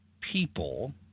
people